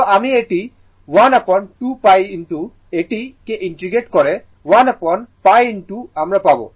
তো এটি 1 upon 2π এটি কে ইন্টিগ্রেট করে 1 upon π আমরা পাব